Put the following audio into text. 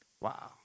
Wow